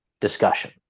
discussion